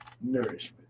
nourishment